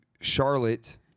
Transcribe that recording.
Charlotte